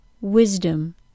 Wisdom